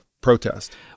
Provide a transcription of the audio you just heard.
protest